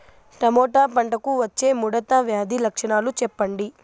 Tomato పంటకు వచ్చే ముడత వ్యాధి లక్షణాలు చెప్పండి?